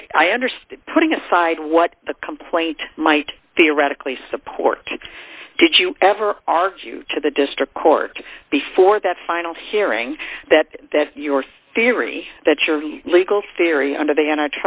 i i understand putting aside what the complaint might theoretically support did you ever argue to the district court before that final hearing that that your theory that your legal theory under the an